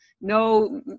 no